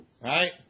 Right